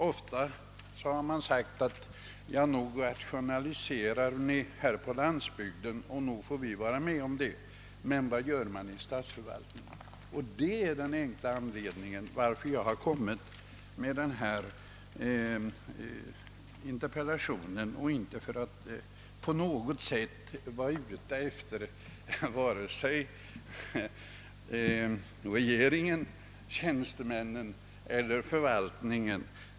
Ofta har man sagt till mig: Ja, nog rationaliserar ni här i landsorten, men vad gör man i statsförvaltningen?» Det är den enkla anledningen till att jag har framställt denna interpellation. Jag har alltså inte velat komma åt vare sig regeringen, tjänstemännen eller förvaltningen.